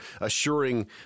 assuring